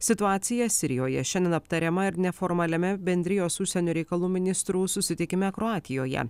situacija sirijoje šiandien aptariama ir neformaliame bendrijos užsienio reikalų ministrų susitikime kroatijoje